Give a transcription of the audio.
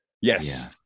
Yes